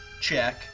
Check